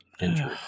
injury